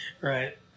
Right